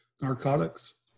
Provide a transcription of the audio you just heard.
narcotics